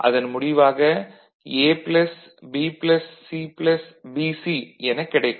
அதன் முடிவாக A B C BC எனக் கிடைக்கும்